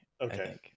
Okay